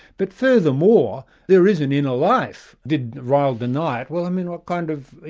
but furthermore, there is an inner life. did ryle deny it? well, i mean what kind of